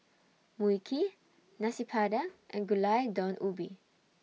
Mui Kee Nasi Padang and Gulai Daun Ubi